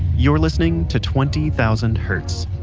you're listening to twenty thousand hertz.